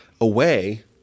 away